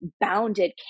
bounded